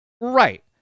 Right